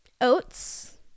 oats